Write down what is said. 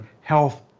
health